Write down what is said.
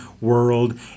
world